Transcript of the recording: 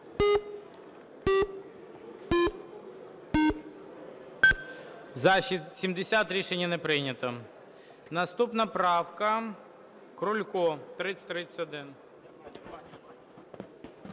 За-70 Рішення не прийнято. Наступна правка - Крулько, 3031.